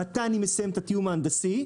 מתי אני מסיים את התיאום ההנדסי,